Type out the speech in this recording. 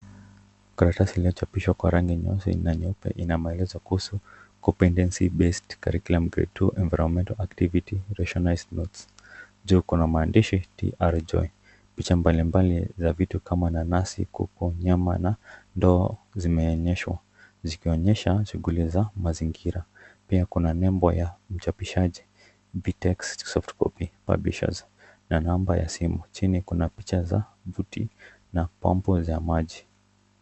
Karatasi inayochapishwa kwa rangi nyeusi na nyeupe ina maelezo kuhusu Comepetence Based Curriculum Grade 2 Environmental Activities Rationalized notes . Juu kuna maandishi Tr. Joy. Picha mbalimbali za vitu kama nanasi, kuku, nyama na ndoo zimeonyeshwa zikionyesha shughuli za mazingira. Pia kuna nembo ya mchapishaji Vyntex Softcopy Publishers na namba ya simu. Chini kuna picha za wavuti na pampu za maji.